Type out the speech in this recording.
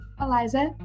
Eliza